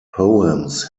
poems